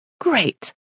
Great